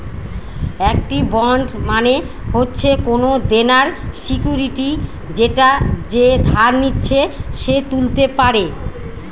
একটি বন্ড মানে হচ্ছে কোনো দেনার সিকুইরিটি যেটা যে ধার নিচ্ছে সে তুলতে পারে